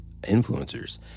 influencers